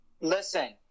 Listen